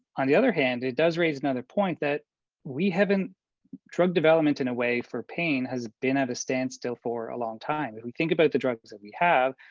on the other hand, it does raise another point that we haven't drug development in a way for pain has been at a stand still for a long time. if we think about the drugs that we have,